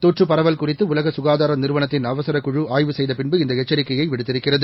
தொற்றுபரவல்குறித்துஉலகசுகாதாரநிறுவனத்தின்அவசரச்கு ழுஆய்வுசெய்தபின்பு இந்தஎச்சரிக்கையைவிடுத்திருக்கிறது